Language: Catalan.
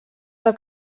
del